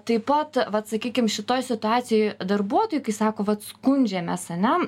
taip pat vat sakykim šitoj situacijoj darbuotojui kai sako vat skundžiamės ane